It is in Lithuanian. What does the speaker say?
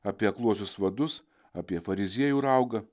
apie akluosius vadus apie fariziejų raugą